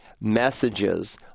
messages